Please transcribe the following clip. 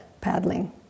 paddling